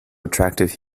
attractive